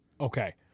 Okay